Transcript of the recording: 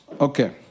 Okay